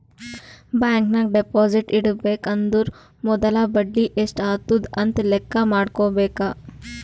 bank ನಾಗ್ deposit ಇಡಬೇಕ ಅಂದುರ್ ಮೊದುಲ ಬಡಿ ಎಸ್ಟ್ ಆತುದ್ ಅಂತ್ ಲೆಕ್ಕಾ ಮಾಡ್ಕೋಬೇಕ